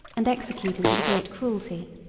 and executed with great cruelty.